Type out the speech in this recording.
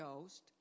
Ghost